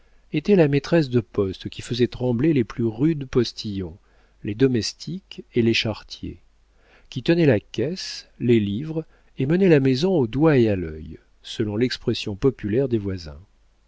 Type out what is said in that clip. était la maîtresse de poste qui faisait trembler les plus rudes postillons les domestiques et les charretiers qui tenait la caisse les livres et menait la maison au doigt et à l'œil selon l'expression populaire des voisins